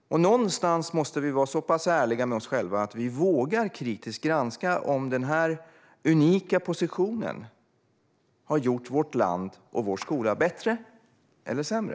Någonstans måste vi vara så pass ärliga med oss själva att vi vågar kritiskt granska om denna unika position har gjort vårt land och vår skola bättre eller sämre.